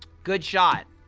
good shot!